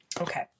Okay